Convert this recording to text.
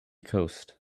coast